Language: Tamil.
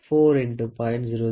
5 0